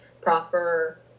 proper